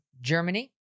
Germany